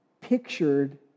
pictured